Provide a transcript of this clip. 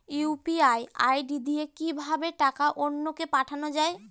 UPI ID দিয়ে কিভাবে টাকা অন্য কে পাঠানো যায়?